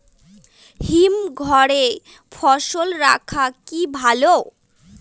হিমঘরে ফসল রাখা কি ভালো?